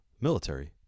military